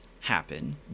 happen